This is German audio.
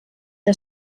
der